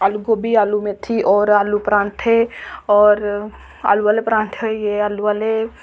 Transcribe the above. आलू गोभी आलू मैथी और आलू परांठे और आलू आह्ले परांठे होई गे आलू आह्ले